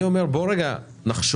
אני אומר בוא רגע נחשוב,